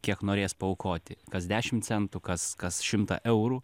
kiek norės paaukoti kas dešimt centų kas kas šimtą eurų